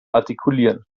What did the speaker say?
artikulieren